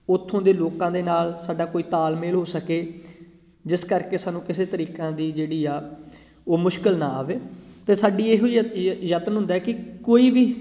ਉਥੋਂ ਦੇ ਲੋਕਾਂ ਦੇ ਨਾਲ ਸਾਡਾ ਕੋਈ ਤਾਲਮੇਲ ਹੋ ਸਕੇ ਜਿਸ ਕਰਕੇ ਸਾਨੂੰ ਕਿਸੇ ਤਰੀਕੇ ਦੀ ਜਿਹੜੀ ਆ ਉਹ ਮੁਸ਼ਕਿਲ ਨਾ ਆਵੇ ਅਤੇ ਸਾਡੀ ਇਹੋ ਯਤਨ ਹੁੰਦਾ ਕਿ ਕੋਈ ਵੀ